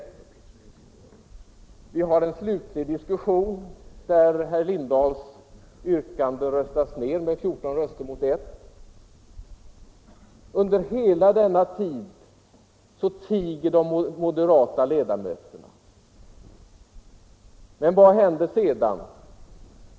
Sedan hade vi en slutlig diskussion, där herr Lindahls yrkande röstades ned med 14 röster mot 1 — och under hela denna tid teg de moderata ledamöterna. Men vad händer sedan?